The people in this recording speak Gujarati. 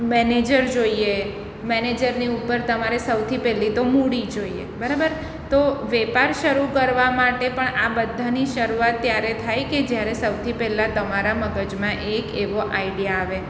મેનેજર જોઈએ મેનેજરની ઉપર તમારે સૌથી પહેલી તો મૂડી જોઇએ બરાબર તો વ્યાપાર શરૂ કરવા માટે પણ આ બધાની શરૂઆત ત્યારે થાય કે જ્યારે સૌથી પહેલાં તમારા મગજમાં એક એવો આઇડિયા આવે